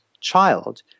child